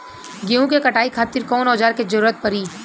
गेहूं के कटाई खातिर कौन औजार के जरूरत परी?